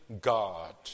God